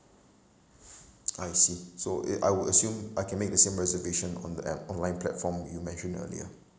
I see so uh I would assume I can make the same reservation on the app online platform you mentioned earlier